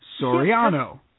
Soriano